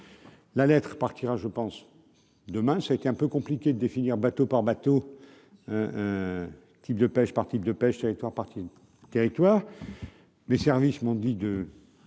la lettre partira je pense demain, ça a été un peu compliqué de définir, bateau par bateau, un type de pêche, partie de pêche été partie du territoire. Les services m'ont dit de